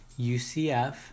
UCF